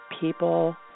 People